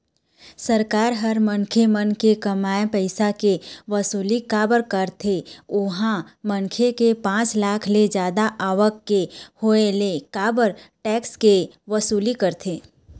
सरकार ह मनखे मन के कमाए पइसा के वसूली काबर कारथे ओहा मनखे के पाँच लाख ले जादा आवक के होय ले काबर टेक्स के वसूली करथे?